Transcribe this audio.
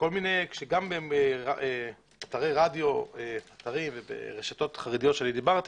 גם ברדיו וברשתות חרדיות שדיברתי,